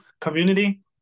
community